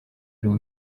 ariwe